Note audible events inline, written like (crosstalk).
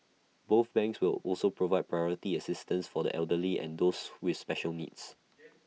both banks will also provide priority assistance for the elderly and those with special needs (noise)